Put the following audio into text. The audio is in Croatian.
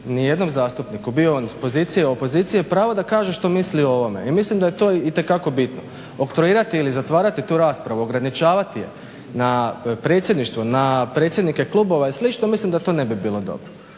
nijednom zastupniku bio on iz opozicije, pozicije pravo da kaže što misli o ovome. I mislim da je to itekako bitno. Oktroirati ili zatvarati tu raspravu, ograničavati je na predsjedništvo, na predsjednike klubova i slično mislim da to ne bi bilo dobro.